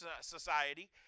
society